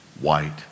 white